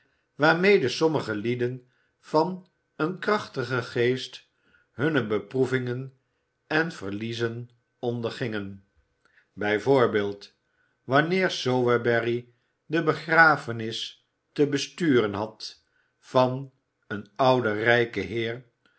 waarmede sommige lieden van een krachtigen geest hunne beproevingen en verliezen ondergingen bij voorbeeld wanneer sowerberry de begrafenis te besturen had van een ouden rijken heer